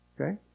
Okay